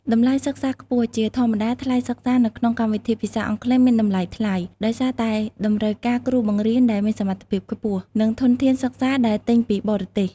តម្លៃសិក្សាខ្ពស់ ជាធម្មតា ថ្លៃសិក្សានៅក្នុងកម្មវិធីភាសាអង់គ្លេសមានតម្លៃថ្លៃ ដោយសារតែតម្រូវការគ្រូបង្រៀនដែលមានសមត្ថភាពខ្ពស់ និងធនធានសិក្សាដែលទិញពីបរទេស។